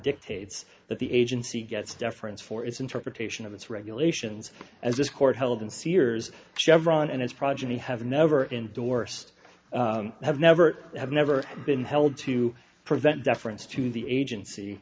dictates that the agency gets deference for its interpretation of its regulations as this court held and sears chevron and its progeny have never endorsed have never have never been held to prevent deference to the agency